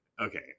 okay